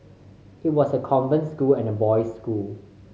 it was a convent school and a boys school